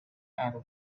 and